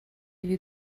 you